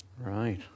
Right